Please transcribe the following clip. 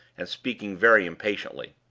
and speaking very impatiently.